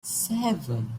seven